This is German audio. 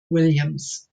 williams